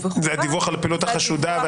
זה הדיווח על הפעילות החשודה.